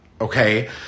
Okay